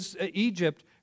Egypt